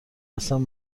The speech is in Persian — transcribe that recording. هستم